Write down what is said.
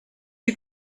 you